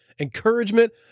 encouragement